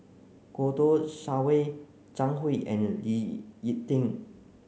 Kouo Shang Wei Zhang Hui and Lee Ek Tieng